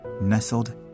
nestled